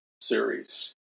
series